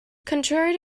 contrary